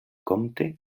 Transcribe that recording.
comte